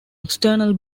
external